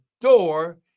door